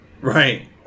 Right